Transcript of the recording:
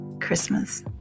Christmas